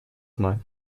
smile